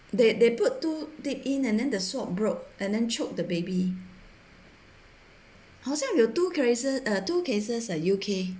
they they put too deep in and then the swab broke and then choke the baby 好像有 two cases uh two cases at U_K